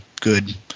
good